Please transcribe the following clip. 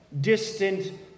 distant